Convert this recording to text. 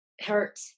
hurt